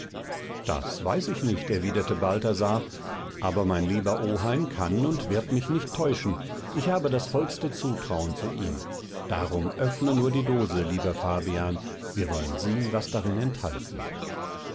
das weiß ich nicht erwiderte balthasar aber mein lieber oheim kann und wird mich nicht täuschen ich habe das vollste zutrauen zu ihm darum öffne nur die dose lieber fabian wir wollen sehen was darin enthalten